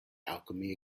alchemy